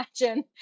imagine